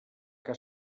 que